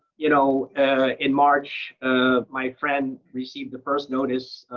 you know in march, um my friend received the first notice,